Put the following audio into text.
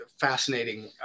fascinating